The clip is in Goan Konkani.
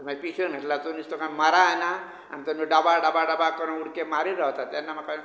तुमी पिशें म्हटला तुमी तो काय मराय ना आनी जमनीर डबा डबा डबा करून उडके मारीत रवता तेन्ना म्हाका